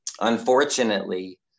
unfortunately